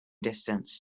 distance